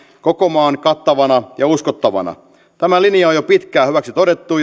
koko maan kattavana ja uskottavana tämä linja on jo pitkään hyväksi todettu